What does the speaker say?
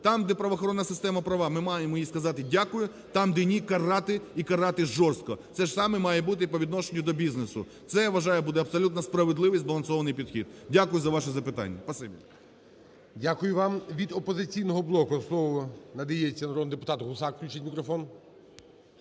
там, де правоохоронна система права, ми маємо їй сказати дякую, там де ні, карати і карати жорстко. Це ж саме має бути і по відношенню до бізнесу. Це, я вважаю, буде абсолютно справедливий і збалансований підхід. Дякую за ваше запитання.